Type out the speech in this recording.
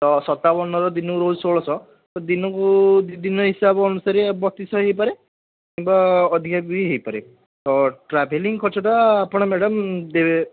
ତ ସତାବନର ଦିନକୁ ରହୁଛି ଷୋହଳଶହ ଦିନକୁ ଦୁଇ ଦିନର ହିସାବ ଅନୁସାରେ ବତିଶ ହଇପାରେ କିମ୍ବା ଅଧିକା ବି ହୋଇପାରେ ତ ଟ୍ରାଭେଲିଂ ଖର୍ଚ୍ଚଟା ଆପଣ ମ୍ୟାଡ଼ାମ୍ ଦେବେ